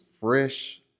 fresh